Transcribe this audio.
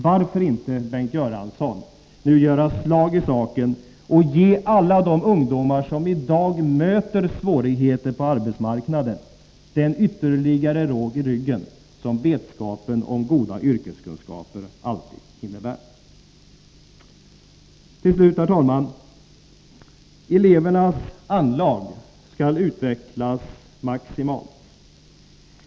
Varför inte, Bengt Göransson, nu göra slag i saken och ge alla de ungdomar som i dag möter svårigheter på arbetsmarknaden den ytterligare råg i ryggen som vetskapen om god yrkeskunskap alltid innebär? Till slut, herr talman: Elevernas anlag skall utvecklas maximalt.